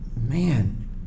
man